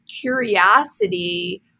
curiosity